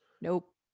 Nope